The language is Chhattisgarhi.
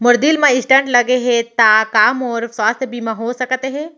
मोर दिल मा स्टन्ट लगे हे ता का मोर स्वास्थ बीमा हो सकत हे?